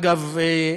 אגב,